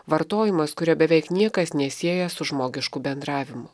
vartojimas kurio beveik niekas nesieja su žmogišku bendravimu